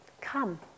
Come